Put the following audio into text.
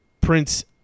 Prince